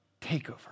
takeover